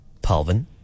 Palvin